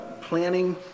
planning